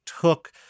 took